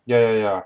yeah yeah yeah